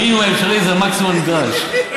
המינימום האפשרי זה המקסימום הנדרש.